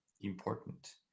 important